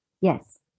Yes